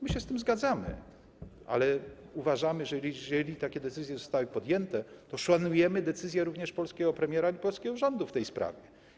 My się z tym zgadzamy, ale jeżeli takie decyzje zostały podjęte, to szanujemy decyzję również polskiego premiera i polskiego rządu w tej sprawie.